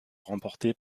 remporté